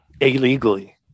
illegally